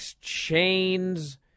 chains